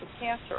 cancer